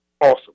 awesome